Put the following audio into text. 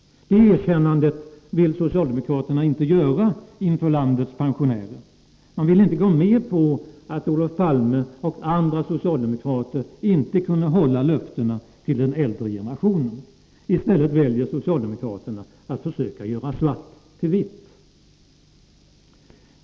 Det erkännandet vill socialdemokraterna inte göra inför landets pensionärer. Man vill inte gå med på att Olof Palme och andra socialdemokrater inte kunde hålla löftena till den äldre generationen. I stället väljer socialdemokraterna att försöka göra svart till vitt.